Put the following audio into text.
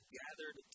gathered